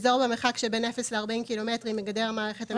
אזור במרחק של בין 0 ל-40 קילומטרים מגדר המערכת המקיפה את רצועת עזה,